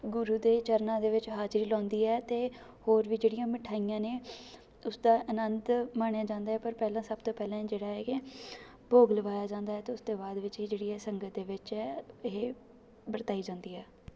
ਗੁਰੂ ਦੇ ਚਰਨਾਂ ਦੇ ਵਿੱਚ ਹਾਜ਼ਰੀ ਲਾਉਂਦੀ ਹੈ ਅਤੇ ਹੋਰ ਵੀ ਜਿਹੜੀਆਂ ਮਿਠਾਈਆਂ ਨੇ ਉਸਦਾ ਆਨੰਦ ਮਾਣਿਆ ਜਾਂਦਾ ਪਰ ਪਹਿਲਾਂ ਸਭ ਤੋਂ ਪਹਿਲਾਂ ਜਿਹੜਾ ਇਹ ਭੋਗ ਲਵਾਇਆ ਜਾਂਦਾ ਅਤੇ ਉਸਦੇ ਬਾਅਦ ਵਿੱਚ ਹੀ ਜਿਹੜੀ ਇਹ ਸੰਗਤ ਦੇ ਵਿੱਚ ਹੈ ਇਹ ਵਰਤਾਈ ਜਾਂਦੀ ਹੈ